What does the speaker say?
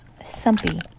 sumpy